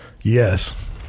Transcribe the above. Yes